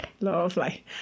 lovely